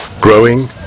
growing